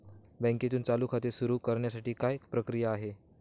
बँकेत चालू खाते सुरु करण्यासाठी काय प्रक्रिया आहे?